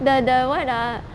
the the [what] ah